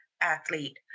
athlete